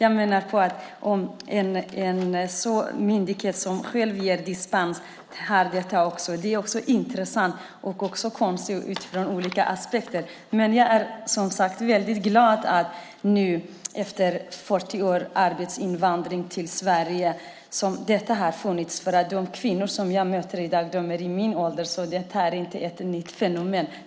Om en myndighet beviljar dispens för barnäktenskap är det konstigt utifrån olika aspekter. Jag möter kvinnor i dag som är i min ålder, så det här är inte ett nytt fenomen.